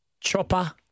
Chopper